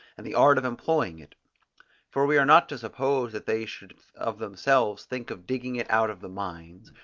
and the art of employing it for we are not to suppose that they should of themselves think of digging it out of the mines,